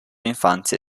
infanzia